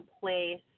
place